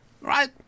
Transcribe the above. Right